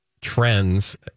trends